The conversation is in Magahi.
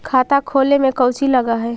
खाता खोले में कौचि लग है?